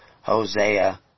Hosea